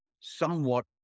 somewhat